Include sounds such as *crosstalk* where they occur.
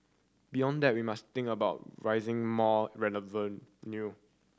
beyond that we must think about raising more *unintelligible*